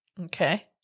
Okay